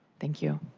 thank you.